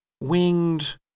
winged